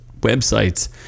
websites